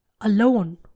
alone